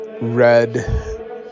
red